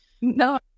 No